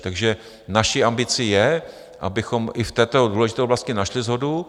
Takže naší ambici je, abychom i v této důležité oblasti našli shodu.